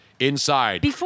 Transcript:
Inside